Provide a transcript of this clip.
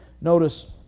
Notice